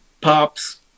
Pops